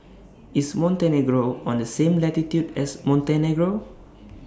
IS Montenegro on The same latitude as Montenegro